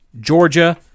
Georgia